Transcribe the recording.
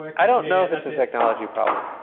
i don't know if it's a technology problem.